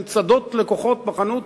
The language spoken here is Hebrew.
הן צדות לקוחות בחנות,